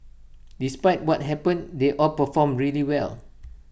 despite what happened they all performed really well